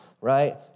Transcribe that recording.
right